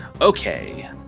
Okay